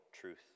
truth